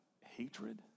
hatred